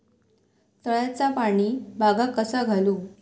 तळ्याचा पाणी बागाक कसा घालू?